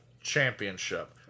Championship